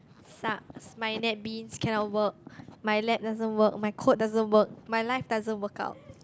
sucks my NetBeans cannot work my lap doesn't work my code doesn't work my life doesn't work out